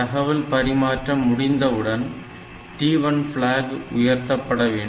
தகவல் பரிமாற்றம் முடிந்தவுடன் T1 flag உயர்த்தப்பட வேண்டும்